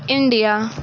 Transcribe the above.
India